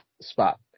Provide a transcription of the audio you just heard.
spot